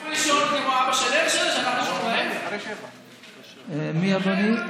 תלכו לישון כמו אבא של הרשל'ה, מי אדוני?